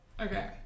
Okay